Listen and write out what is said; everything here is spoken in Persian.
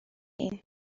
ایم